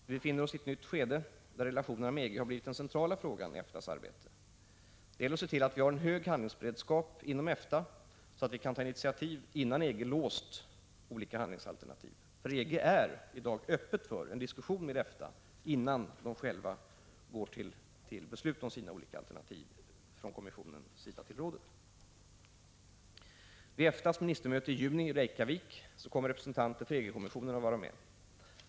Vi befinner oss i ett nytt skede, där relationerna med EG har blivit den centrala frågan i EFTA:s arbete. Det gäller att se till att vi har en hög handelspolitisk beredskap inom EFTA, så att vi kan ta initiativ innan EG låst olika handlingsalternativ, för EG är i dag öppet för en diskussion med EFTA innan man själv går till beslut om sina olika alternativ, från kommissionens sida till rådet. Vid EFTA:s ministermöte i juni i Reykjavik kommer representanter för EG-kommissionen att vara med.